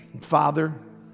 Father